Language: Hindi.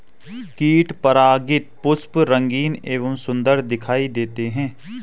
कीट परागित पुष्प रंगीन एवं सुन्दर दिखाई देते हैं